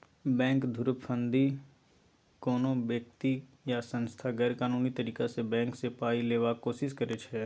bank धुरफंदीमे कोनो बेकती या सँस्था गैरकानूनी तरीकासँ बैंक सँ पाइ लेबाक कोशिश करै छै